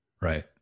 right